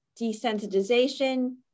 desensitization